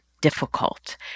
difficult